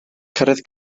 cyrraedd